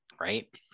right